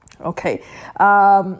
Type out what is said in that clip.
okay